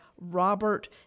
Robert